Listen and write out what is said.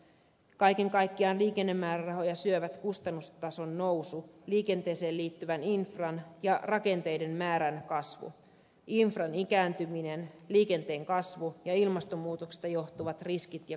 kaiken kaikkiaan liikennemäärärahoja syövät kustannustason nousu liikenteeseen liittyvän infran ja rakenteiden määrän kasvu infran ikääntyminen liikenteen kasvu ja ilmastonmuutoksesta johtuvat riskit ja korjaustarpeet